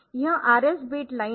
यह RS bit line है